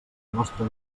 nostre